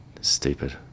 stupid